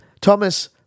Thomas